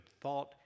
thought